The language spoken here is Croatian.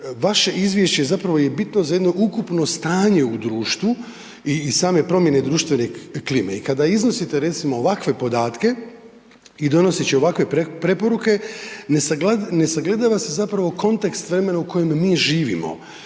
vaše izvješće je bitno za jedno ukupno stanje u društvu i same promjene društvene klime. I kada iznosite recimo ovakve podatke i donoseći ovakve preporuke ne sagledava se zapravo kontekst vremena u kojem mi živimo,